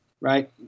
Right